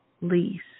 Lease